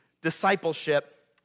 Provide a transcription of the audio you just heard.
Discipleship